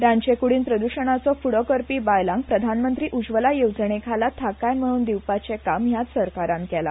रांदचे कुडीन प्रद्शणाचो फुडो करपी बायलांक प्रधानमंत्री उज्वला येवजणेखाला थाकाय मेळोवन दिवपाचे काम ह्याच सरकारान केला